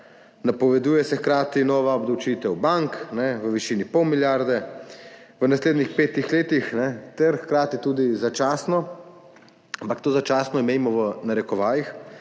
napoveduje se hkrati nova obdavčitev bank v višini pol milijarde v naslednjih petih letih ter hkrati tudi začasno, ampak to začasno imejmo v narekovajih,